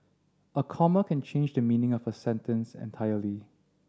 a comma can change the meaning of a sentence entirely